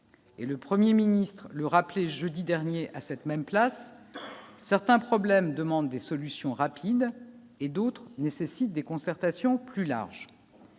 et le 1er ministre le rappelait, jeudi dernier, à cette même place, certains problèmes demandent des solutions rapides et d'autres nécessitent des concertations plus large.